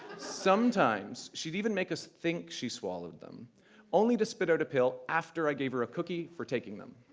sometimes she'd even make us think she swallowed them only to spit out a pill after i gave her a cookie for taking them.